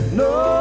no